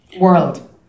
world